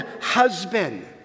husband